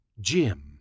Jim